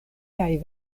kaj